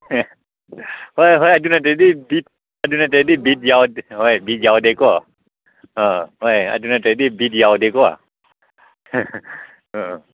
ꯍꯣꯏ ꯍꯣꯏ ꯑꯗꯨ ꯅꯠꯇ꯭ꯔꯗꯤ ꯕꯤꯠ ꯑꯗꯨ ꯅꯠꯇ꯭ꯔꯗꯤ ꯕꯤꯠ ꯌꯥꯎꯗꯦ ꯍꯣꯏ ꯕꯤꯠ ꯌꯥꯎꯗꯦꯀꯣ ꯑꯥ ꯍꯣꯏ ꯑꯗꯨ ꯅꯠꯇ꯭ꯔꯗꯤ ꯕꯤꯠ ꯌꯥꯎꯗꯦꯀꯣ ꯑꯥ